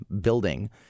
building